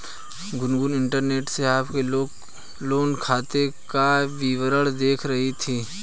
Gungun internet से अपने loan खाते का विवरण देख रही थी